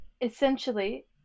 essentially